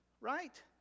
right